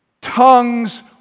tongues